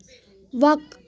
وق